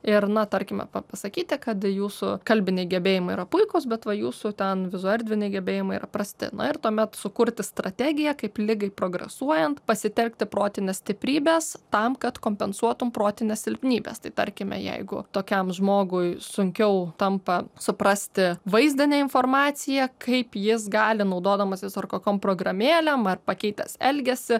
ir na tarkime pa pasakyti kad jūsų kalbiniai gebėjimai yra puikūs bet va jūsų ten vizuoerdviniai gebėjimai yra prasti na ir tuomet sukurti strategiją kaip ligai progresuojant pasitelkti protines stiprybes tam kad kompensuotum protines silpnybes tai tarkime jeigu tokiam žmogui sunkiau tampa suprasti vaizdinę informaciją kaip jis gali naudodamasis ar kokiom programėlėm ar pakeitęs elgesį